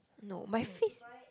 no my face